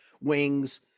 wings